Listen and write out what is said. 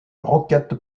roquette